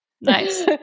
Nice